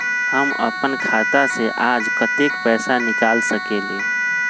हम अपन खाता से आज कतेक पैसा निकाल सकेली?